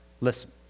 Listen